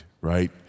right